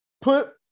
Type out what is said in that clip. Put